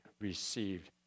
received